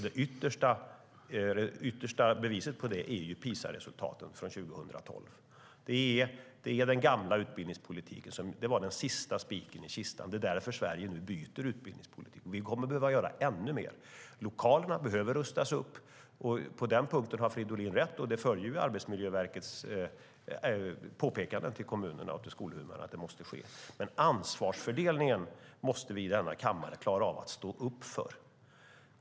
Det yttersta beviset för detta är PISA-resultatet från 2012. Det var den sista spiken i kistan för den gamla utbildningspolitiken, och det är därför Sverige nu byter utbildningspolitik. Vi kommer att behöva göra ännu mer. Lokalerna behöver rustas upp. På den punkten har Fridolin rätt, och det följer Arbetsmiljöverkets påpekanden till kommunerna och till skolhuvudmännen att det måste ske. Men ansvarsfördelningen måste vi i denna kammare klara av att stå upp för.